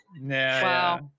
wow